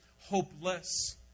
hopeless